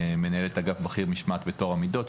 מנהלת אגף בכיר משמעת וטוהר המידות,